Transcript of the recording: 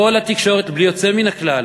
כל התקשורת בלי יוצא מן הכלל,